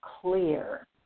clear